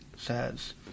says